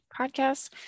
podcast